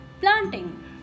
planting